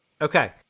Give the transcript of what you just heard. Okay